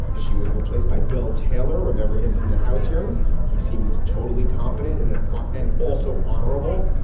she was replaced by bill taylor, remember him from the house hearings. he seemed totally competent and an ah an also honorable.